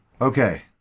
Okay